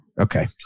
Okay